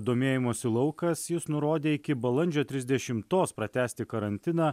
domėjimosi laukas jis nurodė iki balandžio trisdešimtos pratęsti karantiną